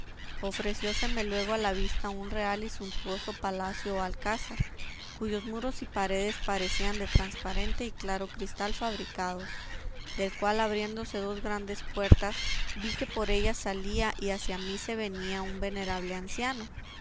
ahora ofrecióseme luego a la vista un real y suntuoso palacio o alcázar cuyos muros y paredes parecían de transparente y claro cristal fabricados del cual abriéndose dos grandes puertas vi que por ellas salía y hacía mí se venía un venerable anciano